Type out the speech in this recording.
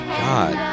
god